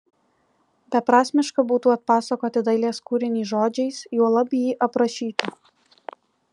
beprasmiška būtų atpasakoti dailės kūrinį žodžiais juolab jį aprašyti